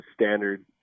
standard